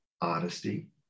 honesty